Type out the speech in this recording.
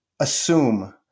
assume